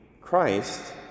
Christ